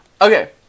okay